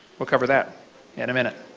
will cover that in a minute.